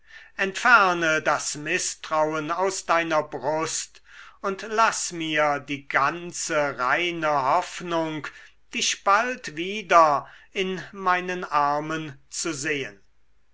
entferne das mißtrauen aus deiner brust und laß mir die ganze reine hoffnung dich bald wieder in meinen armen zu sehen